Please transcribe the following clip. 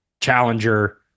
challenger